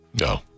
No